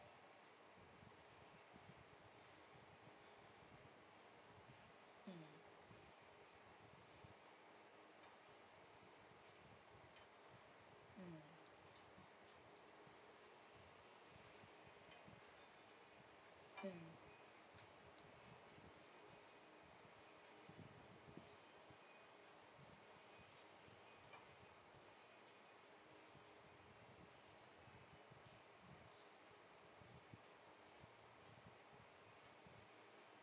mm mm mm